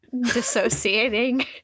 dissociating